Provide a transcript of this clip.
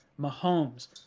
Mahomes